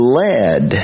led